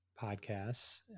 podcasts